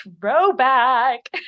Throwback